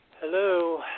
Hello